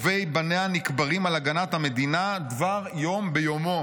טובי בניה נקברים על הגנת המדינה דבר יום ביומו.